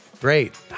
great